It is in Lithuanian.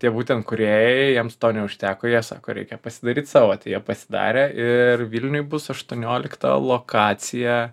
tie būtent kūrėjai jiems to neužteko jie sako reikia pasidaryt savo tai jie pasidarė ir vilniuj bus aštuoniolikta lokacija